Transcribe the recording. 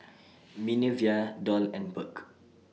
Minervia Doll and Burk